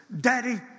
Daddy